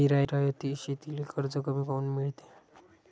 जिरायती शेतीले कर्ज कमी काऊन मिळते?